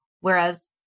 whereas